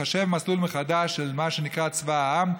לחשב מסלול מחדש למה שנקרא צבא העם,